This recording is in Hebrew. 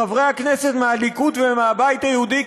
חברי הכנסת מהליכוד ומהבית היהודי,